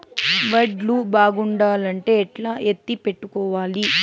వడ్లు బాగుండాలంటే ఎట్లా ఎత్తిపెట్టుకోవాలి?